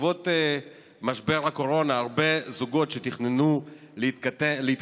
בעקבות משבר הקורונה הרבה זוגות שתכננו להתחתן